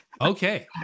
Okay